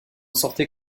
sortait